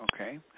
Okay